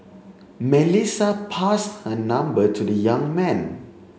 Melissa passed her number to the young man